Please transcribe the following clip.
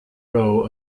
row